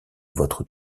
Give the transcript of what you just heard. votre